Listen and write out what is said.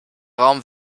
raum